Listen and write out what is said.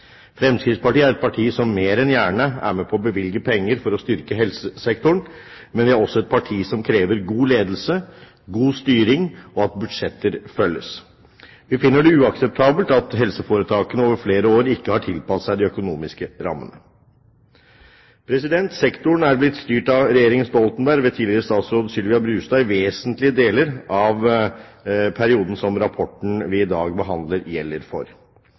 Fremskrittspartiet er et parti som mer enn gjerne er med på å bevilge penger for å styrke helsesektoren, men vi er også et parti som krever god ledelse, god styring og at budsjetter følges. Vi finner det uakseptabelt at helseforetakene over flere år ikke har tilpasset seg de økonomiske rammene. Sektoren er blitt styrt av regjeringen Stoltenberg, ved tidligere statsråd Sylvia Brustad i vesentlige deler av den perioden som rapporten vi i dag behandler, gjelder for.